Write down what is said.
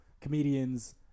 comedians